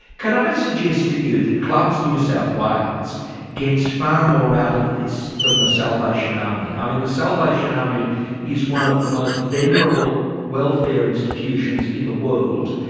can i suggest to you that clubs new south wales gets far more out of this than the salvation army? i mean the salvation army is one of the most venerable welfare institutions in the world,